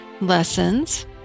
lessons